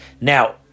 Now